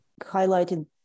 highlighted